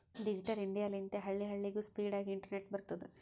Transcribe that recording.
digital India ಲಿಂತೆ ಹಳ್ಳಿ ಹಳ್ಳಿಗೂ ಸ್ಪೀಡ್ ಆಗಿ ಇಂಟರ್ನೆಟ್ ಬರ್ತುದ್